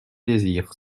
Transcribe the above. désir